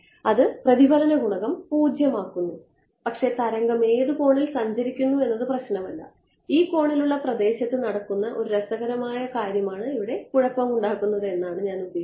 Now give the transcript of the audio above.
അത് പ്രതിഫലന ഗുണകം 0 ആക്കുന്നു പക്ഷേ തരംഗം ഏത് കോണിൽ സഞ്ചരിക്കുന്നു എന്നത് പ്രശ്നമല്ല ഈ കോണിലുള്ള പ്രദേശത്ത് നടക്കുന്ന രസകരമായ കാര്യമാണ് ഇവിടെ കുഴപ്പമുണ്ടാക്കുന്നത് എന്ന് ഞാൻ ഉദ്ദേശിക്കുന്നത്